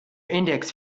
index